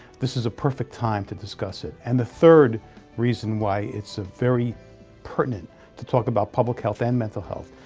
this is a perfect time to discuss it. and the third reason why it's very pertinent to talk about public health and mental health,